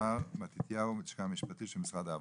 תמר מתתיהו מהלשכה המשפטית של משרד העבודה.